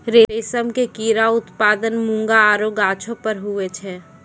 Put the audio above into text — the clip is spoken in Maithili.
रेशम के कीड़ा उत्पादन मूंगा आरु गाछौ पर हुवै छै